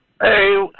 Hey